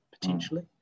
potentially